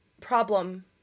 problem